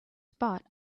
spot